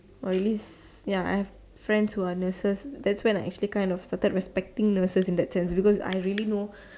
or at least ya I have friends who are nurses that's when I actually kind of started respecting nurses in that sense because I really know